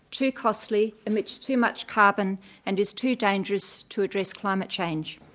too costly, emits too much carbon and is too dangerous to address climate change.